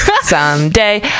someday